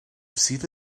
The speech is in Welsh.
sydd